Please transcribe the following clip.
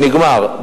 ונגמר.